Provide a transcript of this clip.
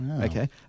Okay